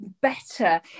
better